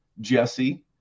Jesse